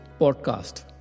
podcast